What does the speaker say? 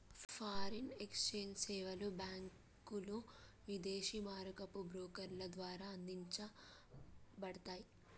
foreign exchange సేవలు బ్యాంకులు, విదేశీ మారకపు బ్రోకర్ల ద్వారా అందించబడతయ్